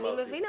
אני מבינה.